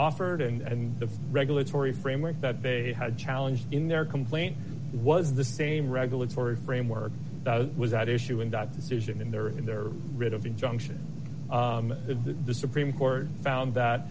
offered and the regulatory framework that they had challenge in their complaint was the same regulatory framework was at issue in dot decision in their in their rid of injunction to the supreme court found that